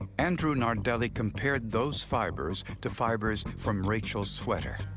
andrew nardelli compared those fibers to fibers from rachel's sweater.